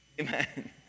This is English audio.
Amen